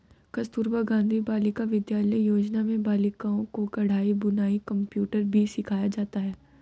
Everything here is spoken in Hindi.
कस्तूरबा गाँधी बालिका विद्यालय योजना में बालिकाओं को कढ़ाई बुनाई कंप्यूटर भी सिखाया जाता है